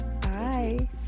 Bye